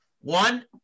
One